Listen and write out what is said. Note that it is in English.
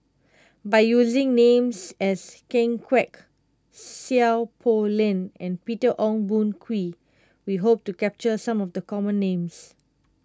by using names such as Ken Kwek Seow Poh Leng and Peter Ong Boon Kwee we hope to capture some of the common names